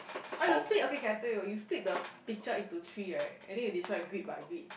oh you split okay okay I tell you you split picture into three right and then you describe grid by grid